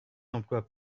emplois